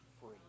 free